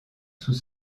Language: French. sous